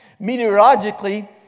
Meteorologically